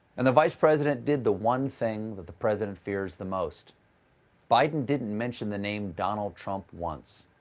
and the vice president did the one thing that the president fears the most biden didn't mention the name donald trump once.